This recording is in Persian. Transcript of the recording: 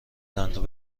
دندان